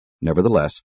Nevertheless